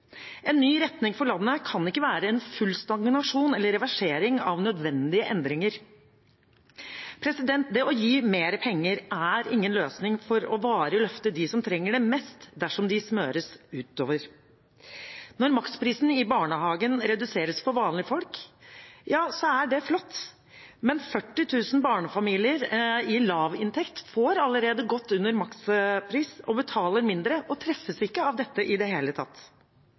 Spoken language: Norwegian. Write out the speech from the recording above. En ny retning for landet kan ikke være full stagnasjon eller reversering av nødvendige endringer. Det å gi mer penger er ingen løsning for varig å løfte dem som trenger det mest, dersom pengene smøres utover. Når maksprisen i barnehagen reduseres for vanlige folk, er det flott, men 40 000 barnefamilier med lavinntekt får allerede godt under makspris, betaler mindre og treffes ikke av dette i det hele tatt.